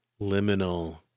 Liminal